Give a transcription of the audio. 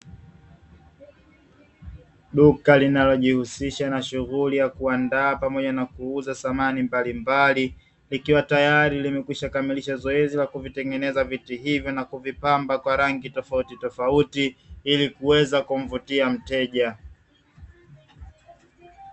Duka linalojihusisha na shughuli ya kuandaa pamoja na kuuza samani mbalimbali, likiwa tayari limekwisha kamilisha zoezi la kuvitengeneza viti hivyo na kuvipamba kwa rangi tofautitofauti, ili kuweza kumvutia mteja.